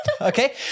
Okay